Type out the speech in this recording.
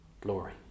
glory